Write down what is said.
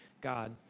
God